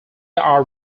are